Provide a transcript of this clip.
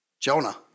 Jonah